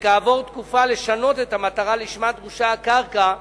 וכעבור תקופה לשנות את המטרה שלשמה הקרקע דרושה,